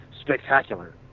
spectacular